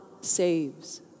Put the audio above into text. saves